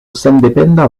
sendependa